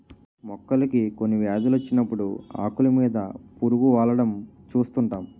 మొక్కలకి కొన్ని వ్యాధులు వచ్చినప్పుడు ఆకులు మీద పురుగు వాలడం చూస్తుంటాం